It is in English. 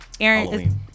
Aaron